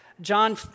John